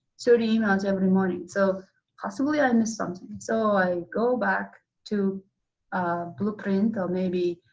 thirty emails every morning. so possible yeah i missed something. so i go back to um blueprint or maybe